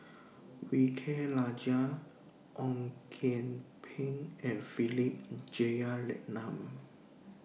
V K Rajah Ong Kian Peng and Philip Jeyaretnam